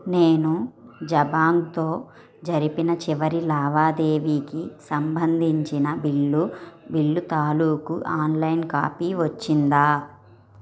నేను జబాంగ్తో జరిపిన చివరి లావాదేవీకి సంబంధించిన బిల్లు బిల్లు తాలూకు ఆన్లైన్ కాపీ వచ్చిందా